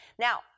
Now